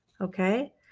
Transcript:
Okay